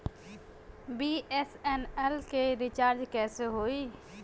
BSNL के recharge कैसे होयी?